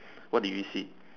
what did you see